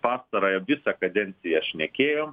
pastarąją visą kadenciją šnekėjom